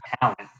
talent